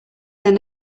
their